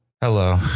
Hello